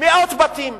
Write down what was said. מאות בתים.